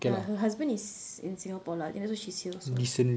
ya her husband is in singapore lah that's why she's here also